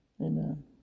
Amen